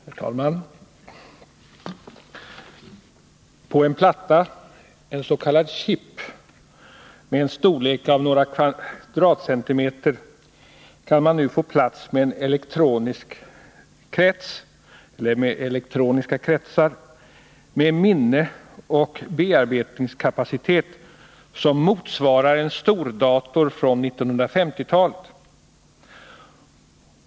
Herr talman! ”På en platta, en s.k. chip, med en storlek av några kvadratcentimeter kan man nu få plats med elektroniska kretsar med minne och bearbetningskapacitet motsvarande en stordator från 1950-talet.